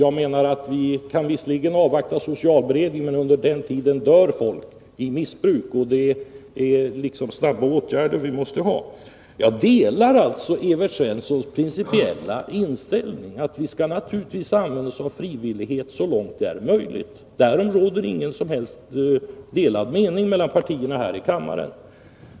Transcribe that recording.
Visserligen kan vi avvakta socialberedningen, men under den tiden dör folk av sitt missbruk. Det krävs snabba åtgärder. Jag delar alltså Evert Svenssons principiella inställning; vi skall naturligtvis använda oss av frivilligheten så långt det är möjligt. Därom råder ingen delad mening mellan partierna här i kammaren.